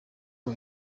rwo